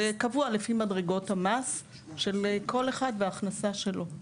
זה קבוע לפי מדרגות המס של כל אחד וההכנסה שלו.